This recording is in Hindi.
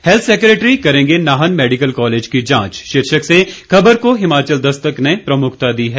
हेल्थ सेकेटरी करेंगे नाहन मेडिकल कॉलेज की जांच शीर्षक से खबर को हिमाचल दस्तक ने प्रमुखता दी है